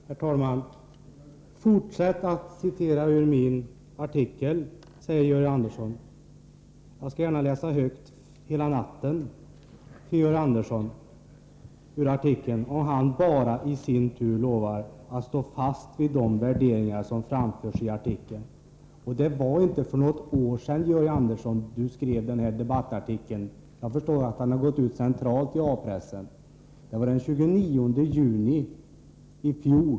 Herr talman! Fortsätt att citera ur min artikel, säger Georg Andersson. Jag skall gärna läsa högt ur artikeln för Georg Andersson hela natten, om han bara lovar att stå fast vid de värderingar som framfördes i artikeln. Ni skrev inte debattartikeln för något år sedan — jag förstår att den har gått ut centralt i A-pressen — utan det var den 29 juni i fjol.